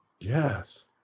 Yes